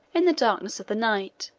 in the darkness of the night,